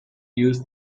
use